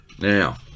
Now